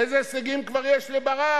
איזה הישגים כבר יש לברק?